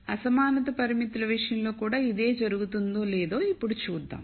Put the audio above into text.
అసమానత పరిమితుల విషయంలో కూడా ఇదే జరుగుతుందో లేదో ఇప్పుడు చూద్దాం